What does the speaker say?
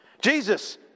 Jesus